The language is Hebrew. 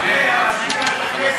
אמן.